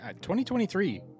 2023